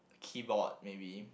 keyboard maybe